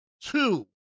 Two